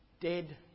dead